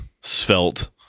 svelte